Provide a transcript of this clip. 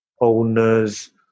owners